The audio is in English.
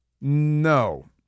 no